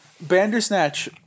Bandersnatch